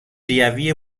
ریوی